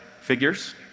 figures